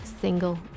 single